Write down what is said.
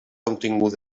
contingut